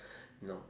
you know